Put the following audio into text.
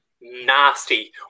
nasty